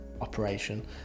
operation